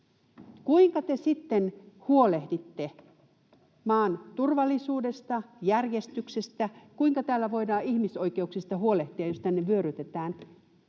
Kuinka te sitten huolehditte maan turvallisuudesta, järjestyksestä? Kuinka täällä voidaan ihmisoikeuksista huolehtia, jos tänne vyörytetään?